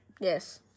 Yes